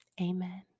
Amen